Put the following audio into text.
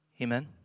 Amen